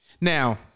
Now